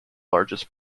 largest